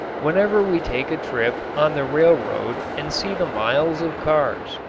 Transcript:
whenever we take a trip on the railroad and see the miles of cars,